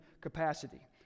capacity